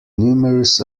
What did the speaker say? numerous